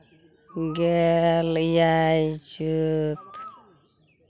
ᱜᱮᱞ ᱮᱭᱟᱭ ᱪᱟᱹᱛ